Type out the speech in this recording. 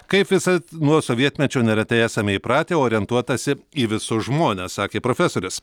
kaip visad nuo sovietmečio neretai esame įpratę orientuotasi į visus žmones sakė profesorius